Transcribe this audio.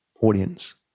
audience